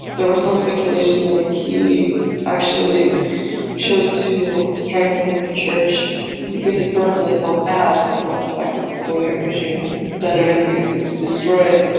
there was some speculation that he actually chose to strengthen the church because he probably felt bad about the fact that the soviet regime had done everything it could to destroy it.